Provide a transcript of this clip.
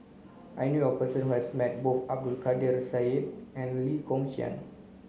I knew a person who has met both Abdul Kadir Syed and Lee Kong Chian